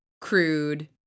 crude